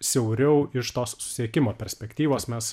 siauriau iš tos susisiekimo perspektyvos mes